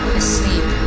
asleep